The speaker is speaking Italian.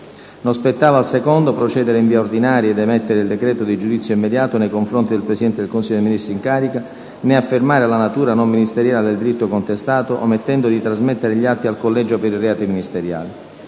non spettava al secondo procedere in via ordinaria ed emettere il decreto di giudizio immediato nei confronti del Presidente del Consiglio dei ministri in carica, né affermare la natura non ministeriale del delitto contestato, omettendo di trasmettere gli atti al Collegio per i reati ministeriali».